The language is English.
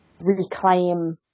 reclaim